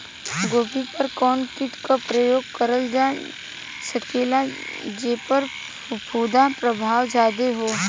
गोभी पर कवन कीट क प्रयोग करल जा सकेला जेपर फूंफद प्रभाव ज्यादा हो?